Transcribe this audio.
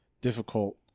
difficult